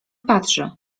patrzy